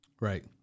Right